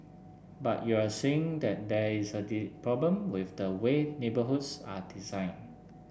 but you're saying that there is a problem with the way neighbourhoods are designed